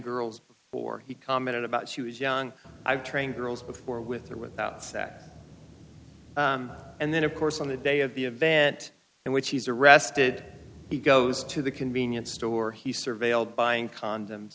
girls before he commented about she was young i've trained girls before with or without that and then of course on the day of the event in which he's arrested he goes to the convenience store he's surveilled buying condoms